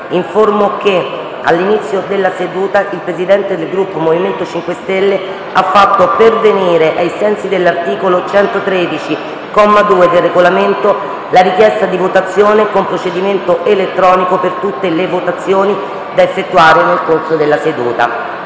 che all'inizio della seduta il Presidente del Gruppo MoVimento 5 Stelle ha fatto pervenire, ai sensi dell'articolo 113, comma 2, del Regolamento, la richiesta di votazione con procedimento elettronico per tutte le votazioni da effettuare nel corso della seduta.